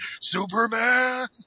Superman